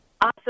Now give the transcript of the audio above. Awesome